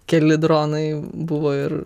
keli dronai buvo ir